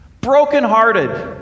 brokenhearted